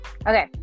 Okay